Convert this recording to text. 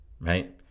right